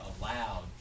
allowed